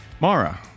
Mara